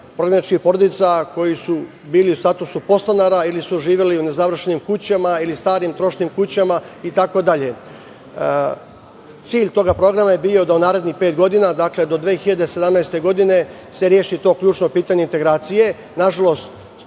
progonjenih porodica, koji su bili u statusu podstanara ili su živeli u nezavršenim kućama ili starim trošnim kućama itd. Cilj toga programa je bio da u narednih pet godina, dakle do 2017. godine, se reši to ključno pitanje integracije.